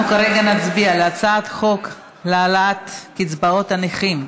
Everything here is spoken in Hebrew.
אז אנחנו כרגע נצביע על הצעת חוק להעלאת קצבאות הנכים,